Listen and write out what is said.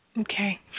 Okay